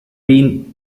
been